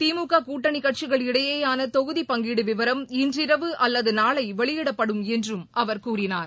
திமுக கூட்டனி கட்சிகள் இடையேயான தொகுதி பங்கீடு விவரம் இன்றிரவு அல்லது நாளை வெளியிடப்படும் என்றும் அவர் கூறினார்